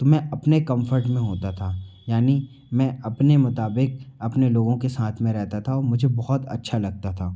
तो मैं अपने कम्फर्ट में होता था यानि मैं अपने मुताबिक अपने लोगों के साथ में रहता था और मुझे बहुत अच्छा लगता था